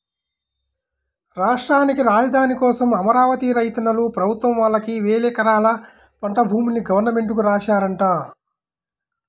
రాష్ట్రానికి రాజధాని కోసం అమరావతి రైతన్నలు ప్రభుత్వం వాళ్ళకి వేలెకరాల పంట భూముల్ని గవర్నమెంట్ కి రాశారంట